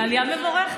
נכון, זו עלייה מבורכת.